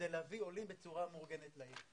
כדי להביא עולים בצורה מאורגנת לעיר.